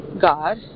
God